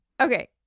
okay